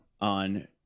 on